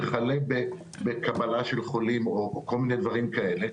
וכלה בקבלה של חולים או כל מיני דברים כאלה,